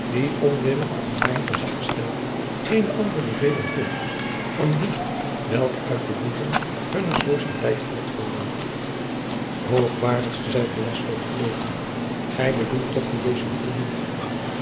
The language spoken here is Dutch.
onwillig onder mijn gezag gesteld geene andere bevelen volgen dan die welke uit den boezem hunner societeit voortkomen hoogwaardigste zeide velasco verbleekende gij bedoelt toch de jesuiten niet